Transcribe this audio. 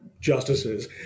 justices